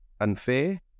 unfair